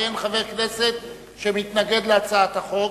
ואין חבר כנסת שמתנגד להצעת החוק,